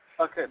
Okay